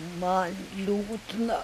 man liūdna